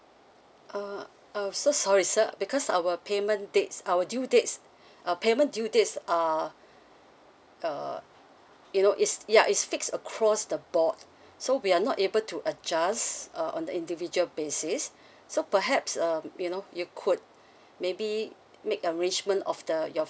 uh uh so sorry sir because our payment dates our due dates uh payment due dates uh uh you know is ya is fixed across the board so we are not able to adjust uh on the individual basis so perhaps um you know you could maybe make arrangement of the your